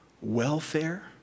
welfare